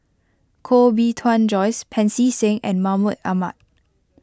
Koh Bee Tuan Joyce Pancy Seng and Mahmud Ahmad